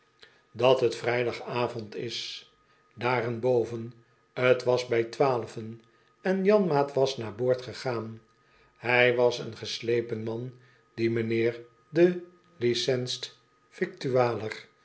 dat t vrijdagavond is daarenboven t was bij twaalven en janmaat was al naar boord gegaan hij was een geslepen man die mijnheer de